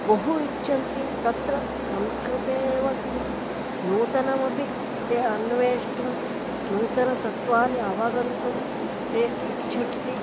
बहु इच्छन्त्ति तत्र संस्कृते एव किञ्चित् नूतनमपि ते अन्वेष्टुं नूततत्त्वानि अवगन्तुं ते इच्छन्ति